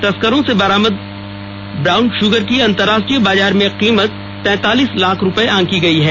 तस्करों से बरामद बरामद ब्राउन शुगर की अंतरराष्ट्रीय बाजार में कीमत तैंतालीस लाख रुपए आंकी गई है